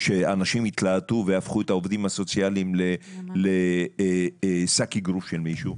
שאנשים התלהטו והפכו את העובדים הסוציאליים לשק אגרוף של מישהו.